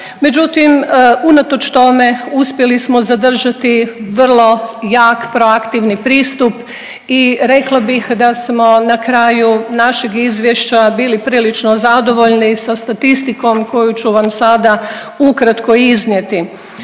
međutim unatoč tome uspjeli smo zadržati vrlo jak proaktivni pristup i rekla bih da smo na kraju našeg izvješća bili prilično zadovoljni sa statistikom koju ću vam sada ukratko iznijeti.